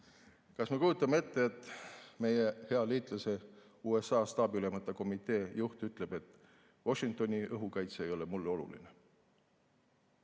Kas me kujutame ette, et meie hea liitlase USA staabiülemate komitee juht ütleb, et Washingtoni õhukaitse ei ole talle oluline,